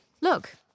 Look